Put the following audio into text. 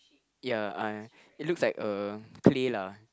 ya uh it looks like a clay lah